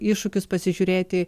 iššūkius pasižiūrėti